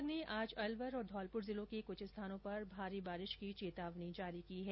मौसम विभाग ने आज अलवर और धौलपुर जिलों के कुछ स्थानों पर भारी बारिश की चेतावनी जारी की है